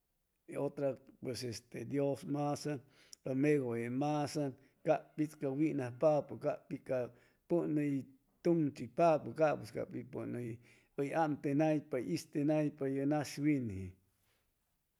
Otra pues dios masan ca megulle masan cab pits ca winsjpapu cab pi ca pun uy tun chipapu capu ca pi pun uy amtenaypa istenaypa ye nas winji.